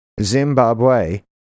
Zimbabwe